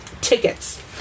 tickets